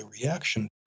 reaction